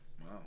Wow